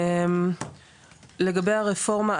לגבי הרפורמה,